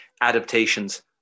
adaptations